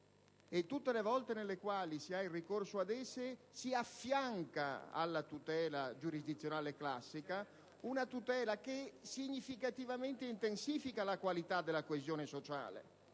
tutte le volte nelle quali si ricorre ad esse si affianca alla tutela giurisdizionale classica una tutela che significativamente intensifica la qualità della coesione sociale.